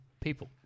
people